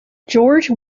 george